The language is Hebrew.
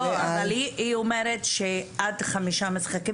עד חמישה משחקים